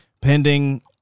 pending